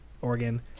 Oregon